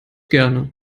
gerne